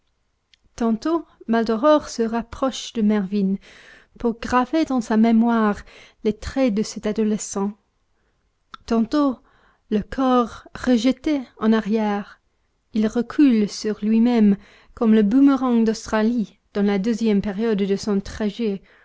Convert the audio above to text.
tantôt maldoror se rapproche de mervyn pour graver dans sa mémoire les traits de cet adolescent tantôt le corps rejeté en arrière il recule sur lui-même comme le boomerang d'australie dans la deuxième période de son trajet